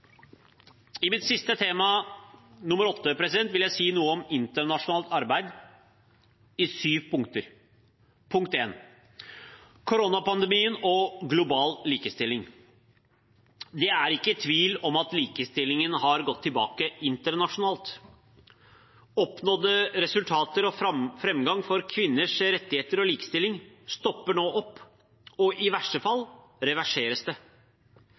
I mitt siste tema vil jeg si noe om internasjonalt arbeid, i syv punkter. Punkt 1 er koronapandemien og global likestilling. Det er ikke tvil om at likestillingen har gått tilbake internasjonalt. Oppnådde resultater og framgang for kvinners rettigheter og likestilling stopper nå opp og i verste fall reverseres.